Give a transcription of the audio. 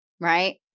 right